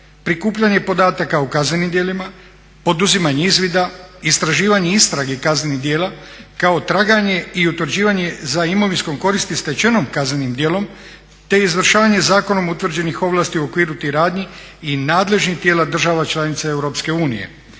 prikupljanje podataka o kaznenim djelima poduzimanje izvida, istraživanja istraga kaznenih djela kao i traganje i utvrđivanje imovinske koristi stečene kaznenim djelom te izvršavanja zakonom utvrđenih ovlasti u okviru poduzetih radnji i nadležnih tijela država članica EU,